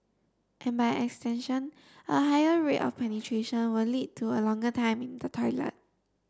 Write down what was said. and by extension a higher rate of penetration will lead to a longer time in the toilet